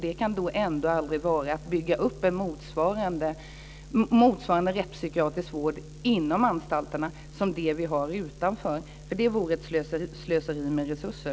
Det kan aldrig vara att bygga upp en rättspsykiatrisk vård inom anstalterna motsvarande den vi har utanför. Det vore ett slöseri med resurser.